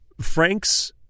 Frank's